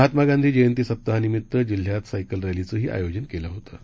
महात्मा गांधी जयंती सप्ताहानिमीत्त जिल्ह्यात सायकल रलींचंही आयोजन केलं होतं